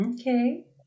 Okay